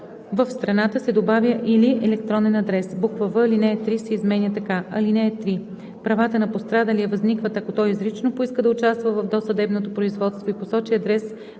в страната“ се добавя „или електронен адрес“; в) алинея 3 се изменя така: „(3) Правата на пострадалия възникват, ако той изрично поиска да участва в досъдебното производство и посочи адрес